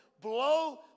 Blow